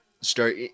start